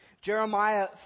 Jeremiah